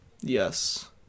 Yes